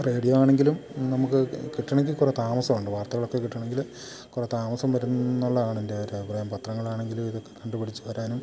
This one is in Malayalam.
റേഡിയോ ആണെങ്കിലും നമുക്ക് കിട്ടണമെങ്കിൽ കുറെ താമസമുണ്ട് വാർത്തകളൊക്കെ കിട്ടണമെങ്കില് കുറെ താമസം വരുന്നു എന്നുള്ളതാണ് എൻ്റെ ഒരഭിപ്രായം പത്രങ്ങളാണെങ്കിലും ഇതൊക്കെ കണ്ടുപിടിച്ച് വരാനും